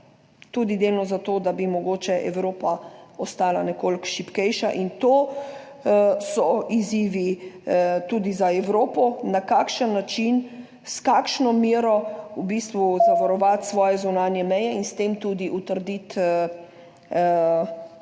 tudi delno za to, da bi mogoče Evropa ostala nekoliko šibkejša. In to so izzivi tudi za Evropo: na kakšen način, s kakšno mero v bistvu zavarovati svoje zunanje meje in s tem tudi utrditi